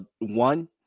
one